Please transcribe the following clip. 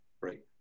right